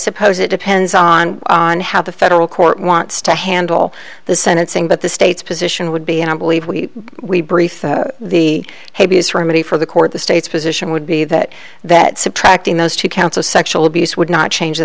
suppose it depends on on how the federal court wants to handle the sentencing but the state's position would be and i believe we we brief the habeas remedy for the court the state's position would be that that subtracting those two counts of sexual abuse would not change the